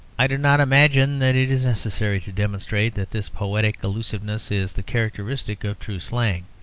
i do not imagine that it is necessary to demonstrate that this poetic allusiveness is the characteristic of true slang.